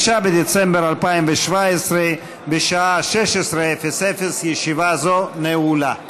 5 בדצמבר 2017, בשעה 16:00. ישיבה זו נעולה.